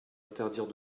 interdire